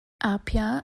apia